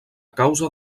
causa